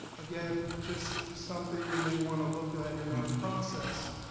again, just something we may want to look at in our process.